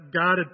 God